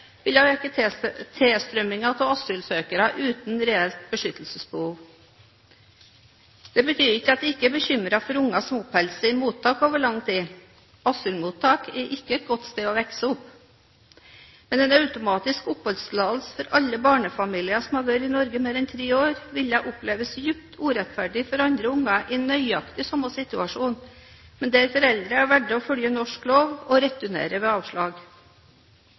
av asylsøkere uten reelt beskyttelsesbehov. Det betyr ikke at jeg ikke er bekymret for unger som oppholder seg i mottak over lang tid. Asylmottak er ikke et godt sted å vokse opp. Men en automatisk oppholdstillatelse for alle barnefamilier som har vært i Norge i mer enn tre år, ville oppleves dypt urettferdig for andre unger i nøyaktig samme situasjon, men der foreldrene valgte å følge norsk lov og returnere ved avslag.